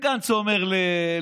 גנץ אומר לליברמן,